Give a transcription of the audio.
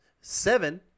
seven